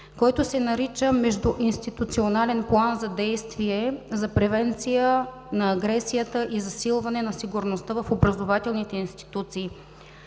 който се нарича „Междуинституционален план за действие, за превенция на агресията и засилване на сигурността в образователните институции“.